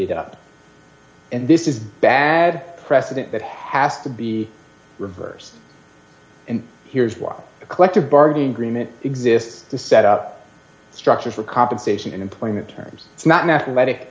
up and this is a bad precedent that has to be reversed and here's why the collective bargaining agreement exists to set up structures for compensation and employment terms it's not an athletic